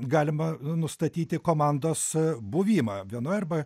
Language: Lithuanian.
galima nustatyti komandos buvimą vienoj arba